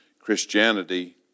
Christianity